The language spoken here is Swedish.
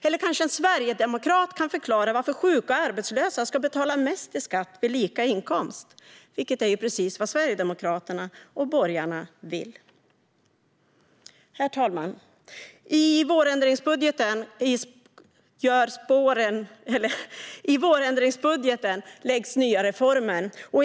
Eller kanske någon sverigedemokrat kan förklara varför sjuka och arbetslösa ska betala mest i skatt vid lika inkomst, vilket är precis vad Sverigedemokraterna och borgarna vill. Herr talman! I vårändringsbudgeten läggs nya reformer fram.